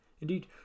Indeed